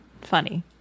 funny